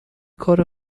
کار